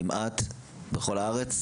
כמעט בכל הארץ,